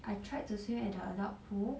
I tried to swim at the adult pool